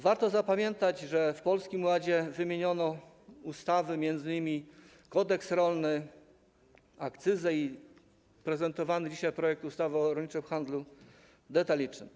Warto zapamiętać, że w Polskim Ładzie wskazano ustawy, m.in. Kodeks rolny, akcyzę i prezentowany dzisiaj projekt ustawy o rolniczym handlu detalicznym.